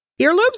Earlobes